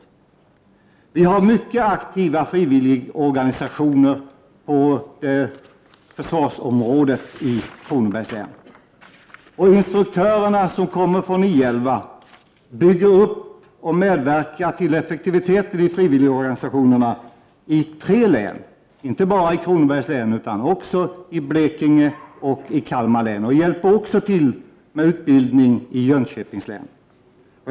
Kronobergs län har mycket aktiva frivilligorganisationer på försvarsområdet, och instruktörerna från I 11 bygger upp och medverkar till effektiviteten i frivilligorganisationerna i tre län — också i Blekinge och Kalmar län — och hjälper även till med utbildning i Jönköpings län.